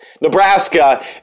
Nebraska